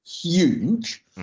huge